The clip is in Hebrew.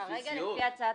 לפי סיעות?